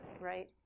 right